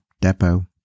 depot